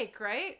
right